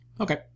Okay